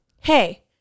hey